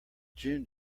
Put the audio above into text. june